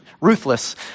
ruthless